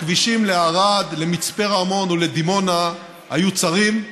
הכבישים לערד, למצפה רמון ולדימונה היו צרים,